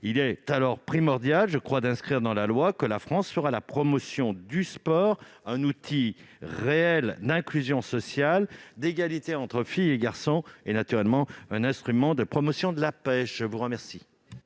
Il est alors primordial d'inscrire dans la loi que la France fera la promotion du sport, qui est un outil réel d'inclusion sociale, d'égalité entre filles et garçons et, naturellement, un instrument de promotion de la paix. Quel